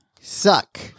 suck